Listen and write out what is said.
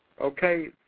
Okay